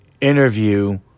interview